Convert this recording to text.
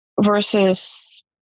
versus